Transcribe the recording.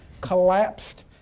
collapsed